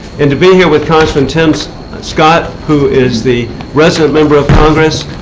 and to be here with congressman tim so scott, who is the resident member of congress.